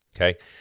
Okay